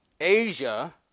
Asia